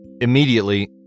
Immediately